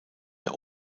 der